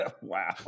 wow